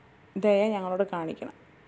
ദയ ഞങ്ങളോട് കാണിക്കണം